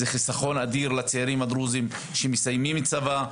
זה חיסכון אדיר לצעירים הדרוזים שמסיימים צבא,